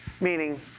meaning